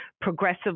progressive